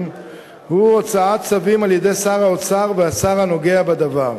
הוא הוצאת צווים על-ידי שר האוצר והשר הנוגע בדבר,